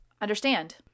understand